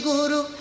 Guru